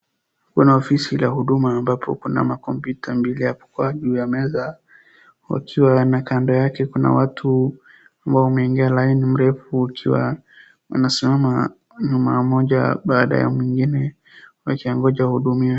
Kuna ofisi la huduma ambapo kuna makompyuta mbili hapo kwa juu ya meza yakiwa kando yake kuna watu ambao wameingia laini mrefu ikiwa wanasimama nyuma ya moja baada ya mwingine wakiongoja wahudumiwe.